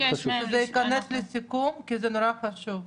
שזה יכנס לסיכום כי זה נורא חשוב.